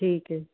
ਠੀਕ ਹੈ